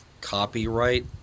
copyright